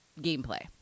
gameplay